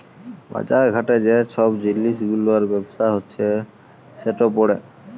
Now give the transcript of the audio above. বাজার ঘাটে যে ছব জিলিস গুলার ব্যবসা হছে সেট পড়ে